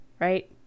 Right